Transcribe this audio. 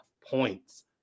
points